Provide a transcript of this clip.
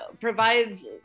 provides